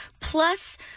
plus